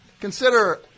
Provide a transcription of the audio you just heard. Consider